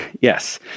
Yes